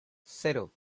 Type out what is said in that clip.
cero